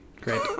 Great